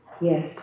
Yes